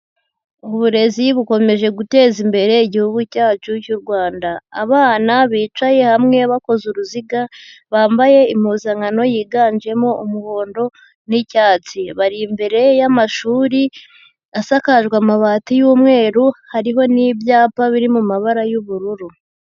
Uburezi bukomeje guteza imbere Igihugu cyacu cy'u Rwanda, abana bicaye hamwe bakoze uruziga bambaye impuzankano yiganjemo umuhondo n'icyatsi, bari imbere y'amashuri asakajwe amabati y'umweru, hariho n'ibyapa biri mu mabara y'ubururu.